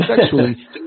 sexually